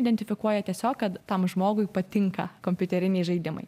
identifikuoja tiesiog kad tam žmogui patinka kompiuteriniai žaidimai